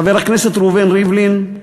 חבר הכנסת ראובן ריבלין,